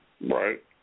Right